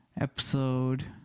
episode